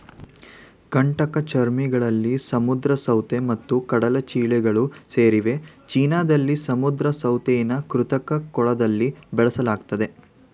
ಕಂಟಕಚರ್ಮಿಗಳಲ್ಲಿ ಸಮುದ್ರ ಸೌತೆ ಮತ್ತು ಕಡಲಚಿಳ್ಳೆಗಳು ಸೇರಿವೆ ಚೀನಾದಲ್ಲಿ ಸಮುದ್ರ ಸೌತೆನ ಕೃತಕ ಕೊಳದಲ್ಲಿ ಬೆಳೆಸಲಾಗ್ತದೆ